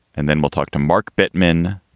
and then we'll talk to mark bittman,